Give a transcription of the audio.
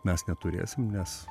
mes neturėsim nes